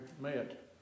met